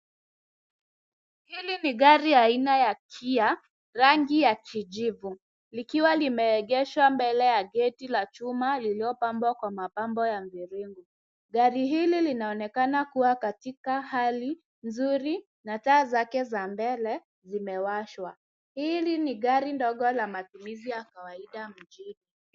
Hili ni gari aina ya KIA, rangi ya kijivu likiwa lime egeshwa mbele ya geti la chuma lililo pamvwa kwa mapambo ya mviringo. Garin hili lina onaekana kuwa katika hali nzuri na taa zake za mbele zime washwa. Hili ni gari la matumizinkawaida mjini.